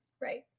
Right